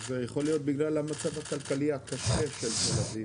זה יכול להיות בגלל המצב הקשה של תל אביב.